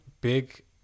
big